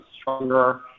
stronger